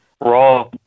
Raw